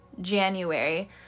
january